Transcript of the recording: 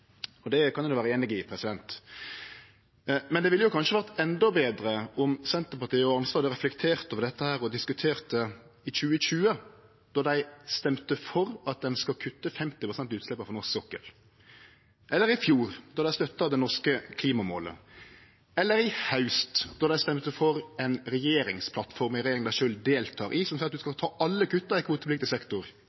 Det kan eg vere einig i, men det ville kanskje ha vore endå betre om Senterpartiet og Arnstad hadde reflektert over dette og diskutert det i 2020, då dei stemte for å kutte 50 pst. av utsleppa frå norsk sokkel, eller i fjor, då dei støtta det norske klimamålet, eller i haust, då dei gjekk inn for ein regjeringsplattform frå ei regjering dei sjølve deltek i, kor det står at ein skal ta alle kutta i kvotepliktig sektor